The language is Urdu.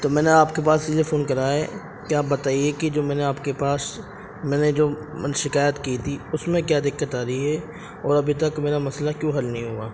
تو میں نے آپ کے پاس اس لئے فون کرا ہے کہ آپ بتائیے کہ جو میں نے آپ کے پاس میں نے جو شکایت کی تھی اس میں کیا دقت آ رہی ہے اور ابھی تک میرا مسئلہ کیوں حل نہیں ہوا